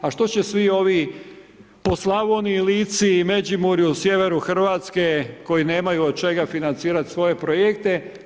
A što će svi ovi po Slavoniji, Lici, Međimurju, sjeveru Hrvatske koji nemaju od čega financirati svoje projekte?